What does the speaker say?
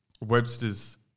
Webster's